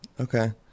Okay